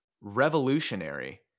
revolutionary